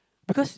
because